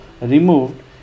removed